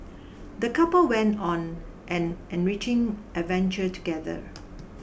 the couple went on an enriching adventure together